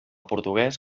portuguès